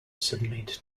submit